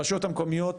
הרשויות המקומיות,